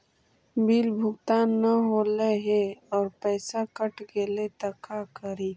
Bill भुगतान न हौले हे और पैसा कट गेलै त का करि?